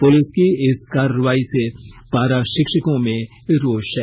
police की इस कार्रवाई से पारा शिक्षकों में रोष है